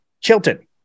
Chilton